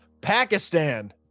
pakistan